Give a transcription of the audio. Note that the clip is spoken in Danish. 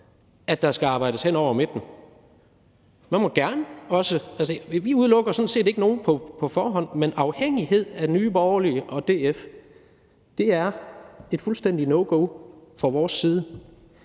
at der skal arbejdes hen over midten. Vi udelukker sådan set ikke nogen på forhånd, men afhængighed af Nye Borgerlige og DF er et fuldstændigt no-go fra vores side,